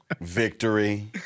victory